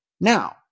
now